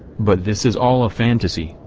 but this is all a fantasy,